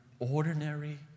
Ordinary